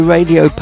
Radio